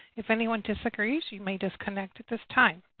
if anyone disagrees, you may disconnect at this time.